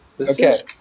Okay